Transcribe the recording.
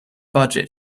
budget